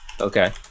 Okay